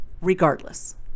regardless